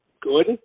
good